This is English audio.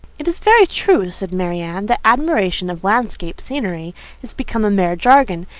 it is very true, said marianne, that admiration of landscape scenery is become a mere jargon.